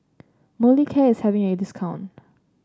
Molicare is having a discount